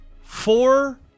four